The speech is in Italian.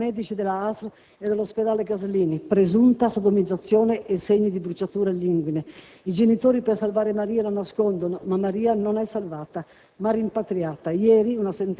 quanto detto viene certificato da medici della ASL e dall'ospedale Gaslini: «presunta sodomizzazione e segni di bruciature all'inguine.» I genitori, per salvare Maria, la nascondono. Ma Maria non è stata